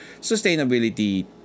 sustainability